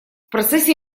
процессе